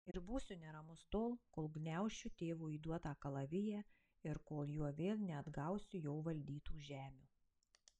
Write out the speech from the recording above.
ir būsiu neramus tol kol gniaušiu tėvo įduotą kalaviją ir kol juo vėl neatgausiu jo valdytų žemių